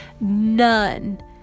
none